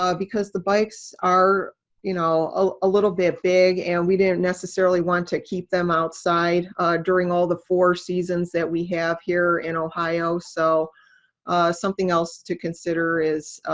because the bikes are you know ah a little bit big, and we didn't necessarily want to keep them outside during all the four seasons that we have here in ohio. so something else to consider is,